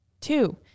Two